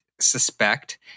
suspect